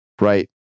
right